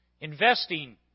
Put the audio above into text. investing